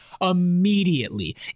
immediately